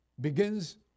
begins